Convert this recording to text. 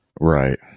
right